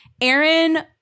Aaron